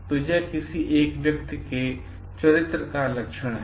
तो यह किसी एक व्यक्ति के चरित्र का लक्षण है